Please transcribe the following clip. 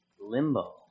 limbo